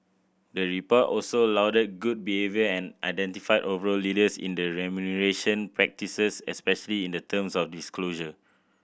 the report also lauded good behaviour and identified overall leaders in remuneration practices especially in the terms of disclosure